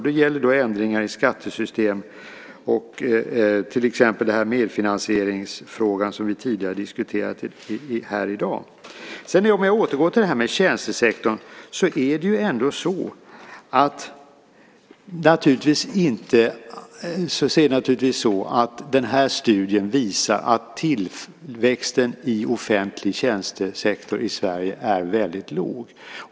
Det gäller då ändringar i skattesystem och till exempel medfinansieringsfrågan som vi tidigare i dag diskuterade här. För att återgå till tjänstesektorn så visar den här studien att tillväxten i offentlig tjänstesektor i Sverige är väldigt låg.